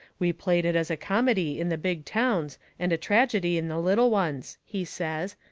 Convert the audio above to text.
we played it as comedy in the big towns and tragedy in the little ones, he says.